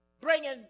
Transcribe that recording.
bringing